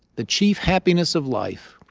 the chief happiness of life.